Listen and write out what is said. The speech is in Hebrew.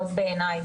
צהריים טובים,